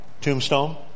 tombstone